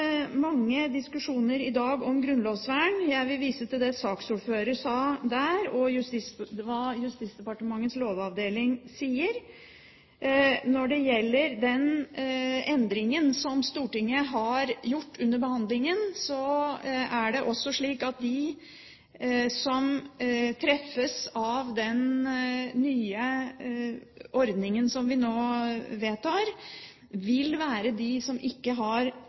mange diskusjoner i dag om grunnlovsvern. Jeg vil vise til det saksordføreren sa om det, og til det Justisdepartementets lovavdeling sier. Når det gjelder den endringen som Stortinget har gjort under behandlingen, er det også slik at de som treffes av den nye ordningen som vi nå vedtar, vil være de som ikke har